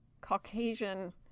Caucasian